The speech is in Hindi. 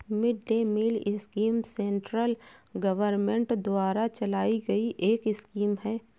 mid day meal scheme central government द्वारा चलाई गई एक स्कीम है